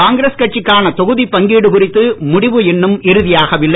காங்கிரஸ் கட்சிக்கான தொகுதிப் பங்கீடு குறித்து முடிவு இன்னும் இறுதியாகவில்லை